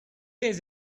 days